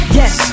yes